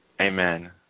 Amen